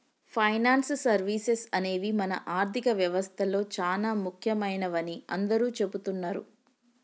finance services అనేవి మన ఆర్థిక వ్యవస్తలో చానా ముఖ్యమైనవని అందరూ చెబుతున్నరు